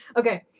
okay,